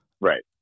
Right